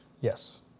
Yes